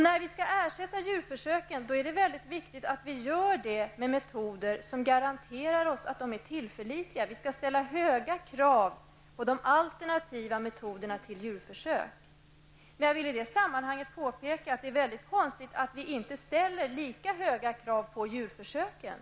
När djurförsöken skall ersättas är det mycket viktigt att detta görs med metoder som garanterar tillförlitlighet. Vi skall alltså ställa högra krav på metoder som är alternativ till djurförsöken. I det sammanhanget vill jag peka på att det är mycket konstigt att vi inte ställer lika höga krav på djurförsöken.